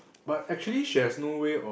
but actually she has no way of